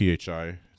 PHI